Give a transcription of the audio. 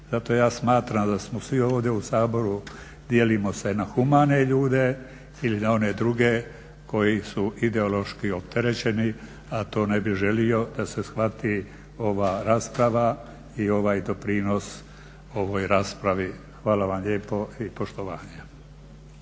Zato ja smatram da smo svi ovdje u Saboru dijelimo se na humane ljude ili na one druge koji su ideološki opterećeni a to ne bi želio da se shvati ova rasprava i ovaj doprinos ovoj raspravi. Hvala vam lijepo i poštovanje.